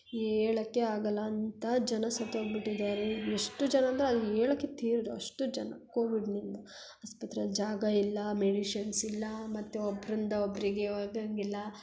ಹೇಳಕ್ಕೆ ಆಗಲ್ಲ ಅಂಥ ಜನ ಸತ್ತೋಗ್ಬಿಟ್ಟಿದ್ದಾರೆ ಎಷ್ಟು ಜನ ಅಂದ್ರೆ ಅಲ್ಲಿ ಹೇಳಕ್ಕೆ ತೀರದು ಅಷ್ಟು ಜನ ಕೋವಿಡ್ನಿಂದ ಆಸ್ಪತ್ರೆಲಿ ಜಾಗ ಇಲ್ಲ ಮೆಡಿಶನ್ಸ್ ಇಲ್ಲ ಮತ್ತು ಒಬ್ಬರಿಂದ ಒಬ್ಬರಿಗೆ ಹೋಗಂಗಿಲ್ಲ